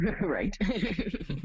Right